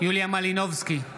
יוליה מלינובסקי,